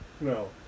no